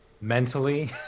mentally